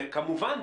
וכמובן,